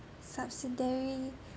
subsidiary